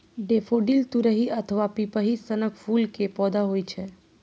daffodil तुरही अथवा पिपही सनक फूल के पौधा होइ छै